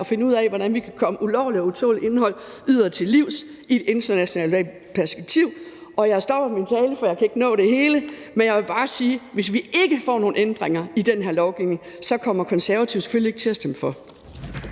og finde ud af, hvordan vi kan komme ulovligt og utåleligt indhold til livs i et internationalt perspektiv. Jeg stopper min tale, for jeg kan ikke nå det hele, men jeg vil bare sige, at hvis vi ikke får nogen ændringer i den her lovgivning, kommer Konservative ikke til at stemme for.